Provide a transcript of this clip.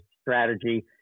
strategy